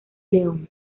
león